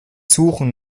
suchen